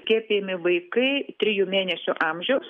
skiepijami vaikai trijų mėnesių amžiaus